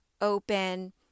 open